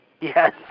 Yes